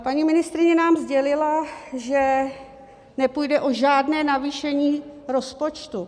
Paní ministryně nám sdělila, že nepůjde o žádné navýšení rozpočtu.